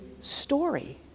story